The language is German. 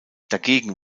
dagegen